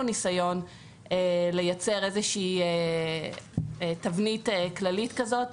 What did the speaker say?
ניסיון לייצר איזושהי תבנית כללית כזאת.